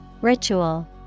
ritual